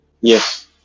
Yes